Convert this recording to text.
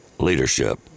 Leadership